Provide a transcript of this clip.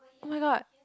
[oh]-my-god